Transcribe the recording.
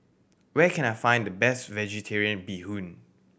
where can I find the best Vegetarian Bee Hoon